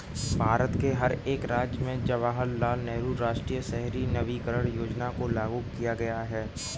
भारत के हर एक राज्य में जवाहरलाल नेहरू राष्ट्रीय शहरी नवीकरण योजना को लागू किया गया है